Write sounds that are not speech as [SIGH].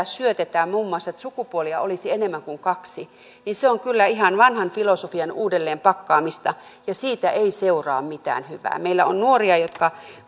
[UNINTELLIGIBLE] syötetään muun muassa että sukupuolia olisi enemmän kuin kaksi niin se on kyllä ihan vanhan filosofian uudelleen pakkaamista ja siitä ei seuraa mitään hyvää meillä on nuoria jotka